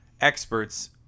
experts